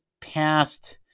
past